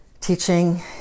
teaching